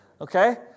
Okay